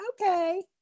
okay